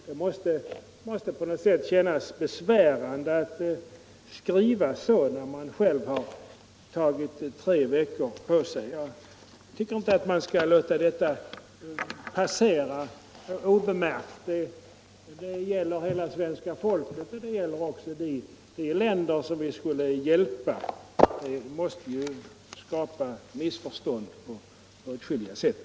Det måste på något sätt kännas besvärande att skriva så när man själv har tagit tre veckor på sig. Jag tycker inte att vi skall låta detta passera obemärkt. Det gäller hela svenska folket, och det gäller också de länder som vi skulle hjälpa. Detta kan ge anledning också till missförstånd.